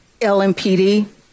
LMPD